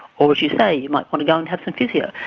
or, as you say, you might want to go and have some physio.